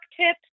tips